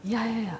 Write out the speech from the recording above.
ya ya ya